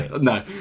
No